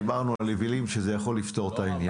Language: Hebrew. דיברנו על יבילים שזה יכול לפתור את העניין.